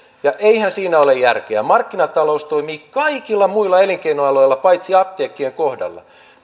ja eihän siinä ole järkeä markkinatalous toimii kaikilla muilla elinkeinoaloilla paitsi apteekkien kohdalla